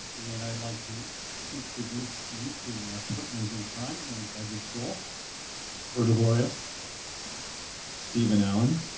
and i'd like to introduce you to my partners in crime in the graduate school virgil gloria steven allen